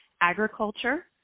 agriculture